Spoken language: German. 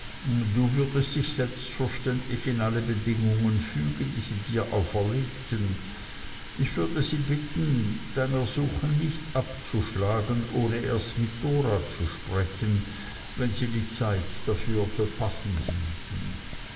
du würdest dich selbstverständlich in alle bedingungen fügen die sie dir auferlegten ich würde sie bitten dein ersuchen nicht abzuschlagen ohne erst mit dora zu sprechen wenn sie die zeit für passend halten